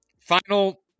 final